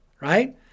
right